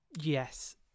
Yes